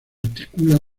articula